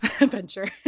Adventure